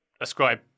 ascribe